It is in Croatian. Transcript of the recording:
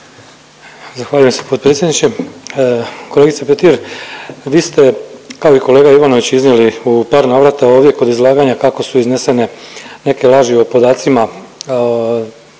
Zahvaljujem potpredsjedniče. Kolegice Petir, vi ste kao i kolega Ivanović iznijeli u par navrata ovdje kod izlaganja kako su iznesene neke laži o podacima